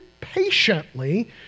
patiently